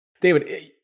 David